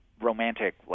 romantic